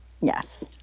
Yes